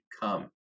come